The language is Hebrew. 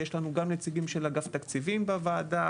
יש לנו גם נציגים של אגף התקציבים בוועדה.